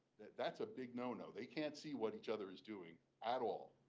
that's a big no-no. they can't see what each other is doing at all.